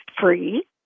free